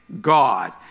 God